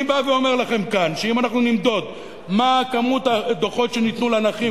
אני בא ואומר לכם כאן שאם אנחנו נמדוד מה כמות הדוחות שניתנו לנכים